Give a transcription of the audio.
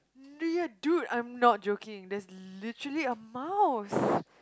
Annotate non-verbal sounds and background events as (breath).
ya dude I'm not joking there's literally a mouse (breath)